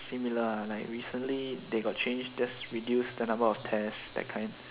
similar ah like recently they got change just reduce the number of test that kind